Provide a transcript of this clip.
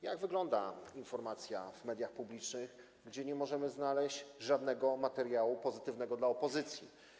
Jak wygląda informacja w mediach publicznych, gdzie nie możemy znaleźć żadnego materiału pozytywnego dla opozycji?